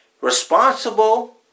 Responsible